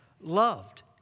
loved